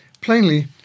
plainly